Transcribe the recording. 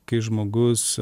kai žmogus